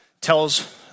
tells